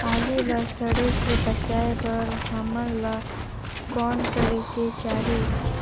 आलू ला सड़े से बचाये बर हमन ला कौन करेके चाही?